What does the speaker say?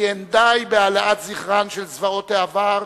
כי לא די בהעלאת זכרן של זוועות העבר,